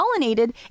pollinated